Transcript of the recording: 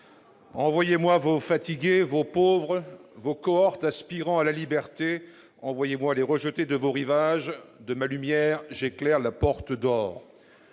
Envoyez-moi vos fatigués, vos pauvres, vos cohortes aspirant à la liberté, envoyez-moi les rejetés de vos rivages, de ma lumière j'éclaire la porte d'or.